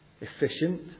efficient